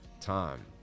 time